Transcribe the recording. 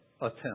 attempt